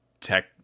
tech